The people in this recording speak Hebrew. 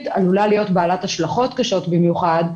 עלולה להיות בעלת השלכות קשות במיוחד,